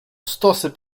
stosy